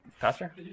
Pastor